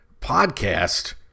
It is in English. podcast